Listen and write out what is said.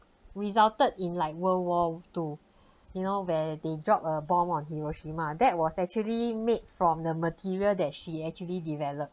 resulted in like world war two you know where they dropped a bomb on hiroshima that was actually made from the material that she actually develop